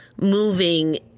moving